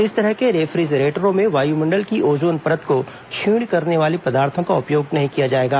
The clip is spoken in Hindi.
इस तरह के रेफ्रीजरेटरों में वायुमंडल की ओजोन परत को क्षीण करने वाले पदार्थों का उपयोग नहीं किया जाएगा